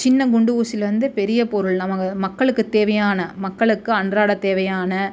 சின்ன குண்டு ஊசிலேருந்து பெரிய பொருள் நமக்கு மக்களுக்கு தேவையான மக்களுக்கு அன்றாட தேவையான